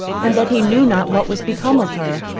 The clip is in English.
and that he knew not what was become of her.